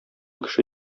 кеше